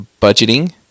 budgeting